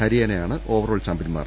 ഹരിയാനയാണ് overall ചാമ്പ്യൻമാർ